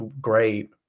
great